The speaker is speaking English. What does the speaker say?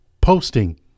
posting